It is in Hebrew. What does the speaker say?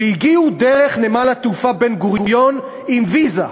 שהגיעו דרך נמל-התעופה בן-גוריון עם ויזה,